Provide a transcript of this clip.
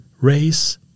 race